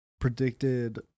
predicted